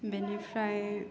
बेेनिफ्राय